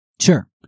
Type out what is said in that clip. Sure